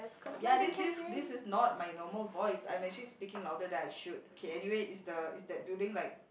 ya this is this is not my normal voice I'm actually speaking louder than I should okay anyway is the is that building like